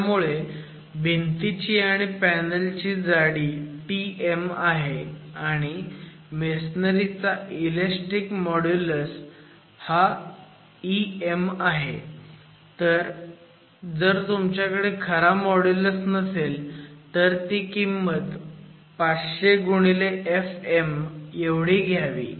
त्यामुळे भिंतीची आणि पॅनल ची जाडी tm आहे आणि मेसोनरी चा इलेस्टिक मॉड्युलस हा Emआहे आणि जर तुमच्याकडे खरा मॉड्युलस नसेल तर ती किंमत 500 fm घ्यावी